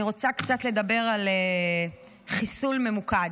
אני רוצה לדבר קצת על חיסול ממוקד,